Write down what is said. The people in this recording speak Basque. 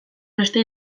beste